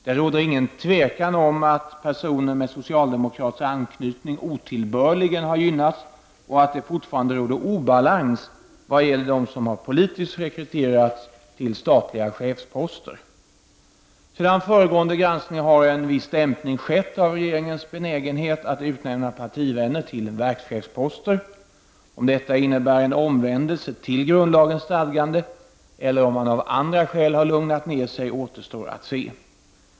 Det råder inget tvivel om att personer med socialdemokratisk anknytning otillbörligen har gynnats och att det fortfarande råder obalans vad gäller dem som politiskt har rekryterats till statliga chefsposter. Sedan föregående granskning har en viss dämpning skett av regeringens benägenhet att utnämna partivänner till verkschefsposter. Om detta innebär en omvändelse till grundlagens stadganden eller man av andra skäl har lugnat ned sig återstår att se.